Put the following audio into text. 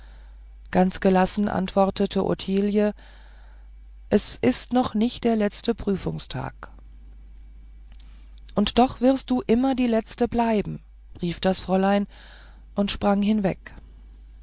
ganz gelassen antwortete ottilie es ist noch nicht der letzte prüfungstag und doch wirst du immer die letzte bleiben rief das fräulein und sprang hinweg